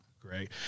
great